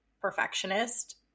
perfectionist